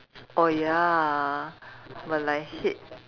oh ya well I hate